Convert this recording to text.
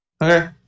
Okay